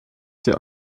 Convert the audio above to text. die